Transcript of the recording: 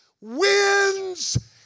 wins